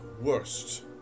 worst